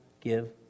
give